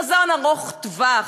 חזון ארוך טווח,